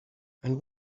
and